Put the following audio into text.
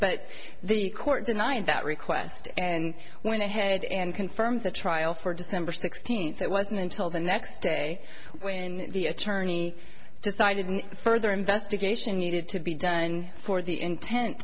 but the court denied that request and went ahead and confirms the trial for december sixteenth that wasn't until the next day when the attorney decided no further investigation needed to be done for the intent